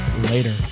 later